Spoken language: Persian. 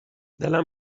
دلم